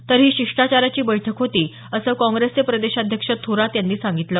तर ही शिष्टाचाराची बैठक होती असं काँग्रेसचे प्रदेशाध्यक्ष थोरात यांनी सांगितलं